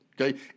okay